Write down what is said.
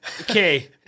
okay